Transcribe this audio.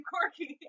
Corky